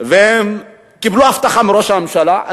והם קיבלו הבטחה מראש הממשלה.